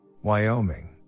wyoming